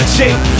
Shape